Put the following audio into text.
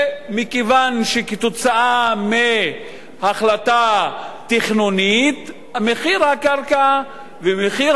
מכיוון שכתוצאה מהחלטה תכנונית מחיר הקרקע ומחיר